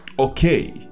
okay